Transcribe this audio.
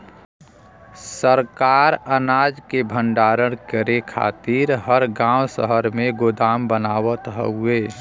सरकार अनाज के भण्डारण करे खातिर हर गांव शहर में गोदाम बनावत हउवे